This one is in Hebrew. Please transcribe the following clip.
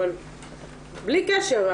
אבל בלי קשר,